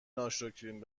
ناشکرید